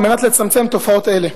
על מנת לצמצם תופעות אלה.